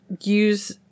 use